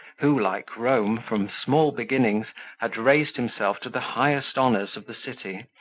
who, like rome, from small beginnings had raised himself to the highest honours of the city,